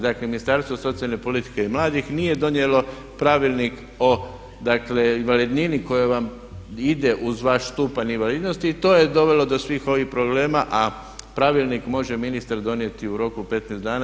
Dakle Ministarstvo socijalne politike i mladih nije donijelo pravilnik o invalidnini koje vam ide uz vaš stupanj invalidnosti i to je dovelo do svih ovih problema a pravilnik može ministar donijeti u roku 15 dana.